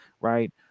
right